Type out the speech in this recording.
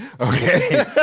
Okay